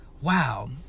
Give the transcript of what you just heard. wow